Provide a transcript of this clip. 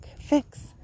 fix